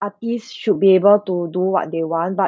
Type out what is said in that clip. artist should be able to do what they want but